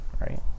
right